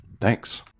thanks